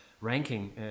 ranking